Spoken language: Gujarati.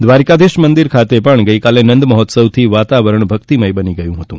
દ્વારકાધીશ મંદિર ખાતે પણ ગઈકાલે નંદ મહોત્સવથી વાતાવરણ ભક્તિમય બની ગયું હતું